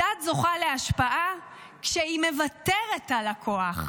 הדת זוכה להשפעה כשהיא מוותרת על הכוח,